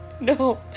No